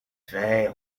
faire